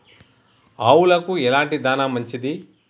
ఆవులకు ఎలాంటి దాణా మంచిది?